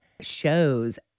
shows